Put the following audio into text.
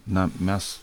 na mes